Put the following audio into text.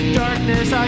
darkness